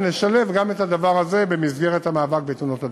נשלב גם את הדבר הזה במסגרת המאבק בתאונות הדרכים.